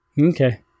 Okay